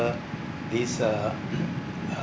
whether this uh